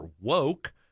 woke